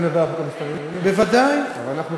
אתה מדבר על חוק המסתננים?